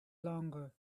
longer